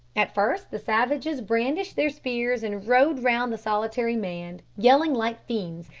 at first the savages brandished their spears and rode round the solitary man, yelling like fiends,